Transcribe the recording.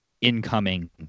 incoming